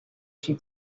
she